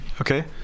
okay